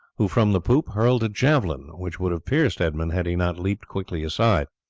who from the poop hurled a javelin, which would have pierced edmund had he not leapt quickly aside.